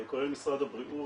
כולל משרד הבריאות,